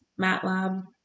MATLAB